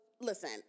listen